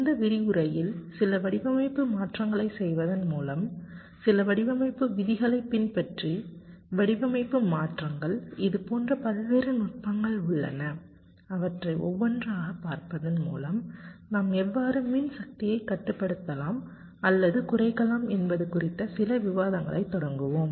இந்த விரிவுரையில் சில வடிவமைப்பு மாற்றங்களைச் செய்வதன் மூலம் சில வடிவமைப்பு விதிகளைப் பின்பற்றி வடிவமைப்பு மாற்றங்கள் இதுபோன்ற பல்வேறு நுட்பங்கள் உள்ளன அவற்றை ஒவ்வொன்றாகப் பார்ப்பதன் மூலம் நாம் எவ்வாறு மின்சக்தியைக் கட்டுப்படுத்தலாம் அல்லது குறைக்கலாம் என்பது குறித்த சில விவாதங்களைத் தொடங்குவோம்